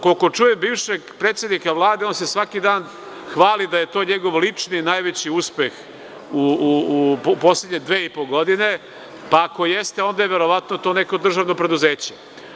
Koliko čujem bivšeg predsednika Vlade, on se svaki dan hvali da je to njegov lični i najveći uspeh u poslednje dve i po godine, a ako jeste, onda je to verovatno neko državno preduzeće.